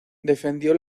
defendió